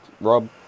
Rob